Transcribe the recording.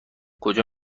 کجا